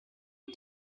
tim